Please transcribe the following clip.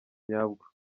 nyabwo